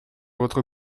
votre